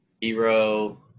Hero